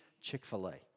Chick-fil-A